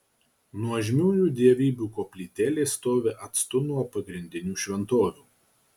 nuožmiųjų dievybių koplytėlės stovi atstu nuo pagrindinių šventovių